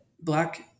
Black